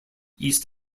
east